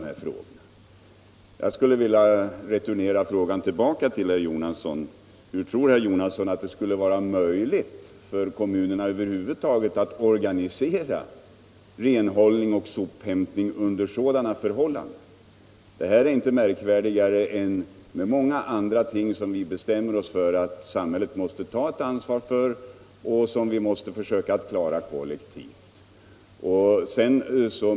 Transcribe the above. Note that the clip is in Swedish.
Jag vill returnera frågan till herr Jonasson: Hur tror herr Jonasson att det skulle vara möjligt för kommunerna att över huvud taget organisera renhållning och sophämtning under sådana förhållanden? Det är inte märkvärdigare med detta än med många andra ting som vi bestämmer att samhället måste ta ett ansvar för och som vi måste försöka klara kollektivt.